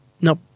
Nope